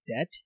debt